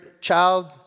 child